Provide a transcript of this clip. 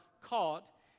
caught